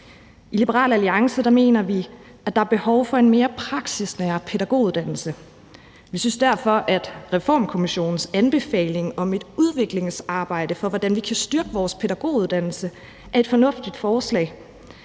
I Liberal Alliance mener vi, at der er behov for en mere praksisnær pædagoguddannelse. Vi synes derfor, at Reformkommissionens anbefaling om et udviklingsarbejde for, hvordan vi kan styrke vores pædagoguddannelse, er et fornuftigt forslag.